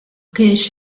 kienx